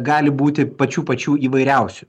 gali būti pačių pačių įvairiausių